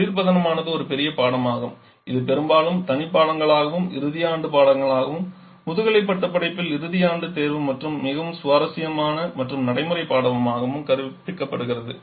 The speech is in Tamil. குளிர்பதனமானது ஒரு பெரிய பாடமாகும் இது பெரும்பாலும் தனி பாடங்களாகவும் இறுதி ஆண்டு பாடமாகவும் முதுகலை பட்டப்படிப்பில் இறுதி ஆண்டு தேர்வு மற்றும் மிகவும் சுவாரஸ்யமான மற்றும் நடைமுறை பாடமாகவும் கற்பிக்கப்படுகிறது